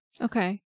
Okay